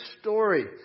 story